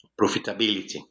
profitability